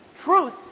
truth